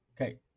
Okay